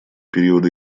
периода